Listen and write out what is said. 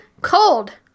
cold